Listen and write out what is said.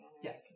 Yes